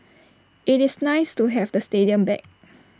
IT is nice to have the stadium back